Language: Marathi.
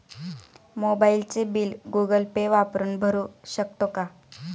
मोबाइलचे बिल गूगल पे वापरून भरू शकतो का?